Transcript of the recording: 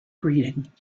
greeting